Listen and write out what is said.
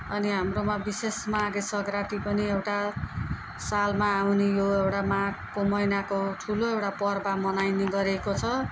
अनि हाम्रोमा विशेष माघे सँग्राति पनि एउटा सालमा आउने यो एउटा माघको महिनाको ठुलो पर्व मनाइने गरेको छ